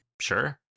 Sure